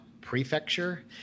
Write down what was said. prefecture